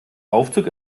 aufzug